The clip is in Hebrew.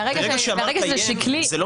וברגע שזה שקלי --- ברגע שאמרת "ין" זה לא